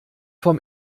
vom